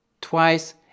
twice